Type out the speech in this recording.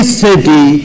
city